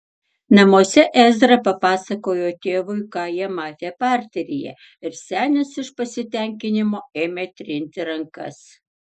namuose ezra papasakojo tėvui ką jie matę parteryje ir senis iš pasitenkinimo ėmė trinti rankas